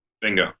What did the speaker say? Bingo